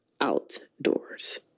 outdoors